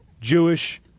Jewish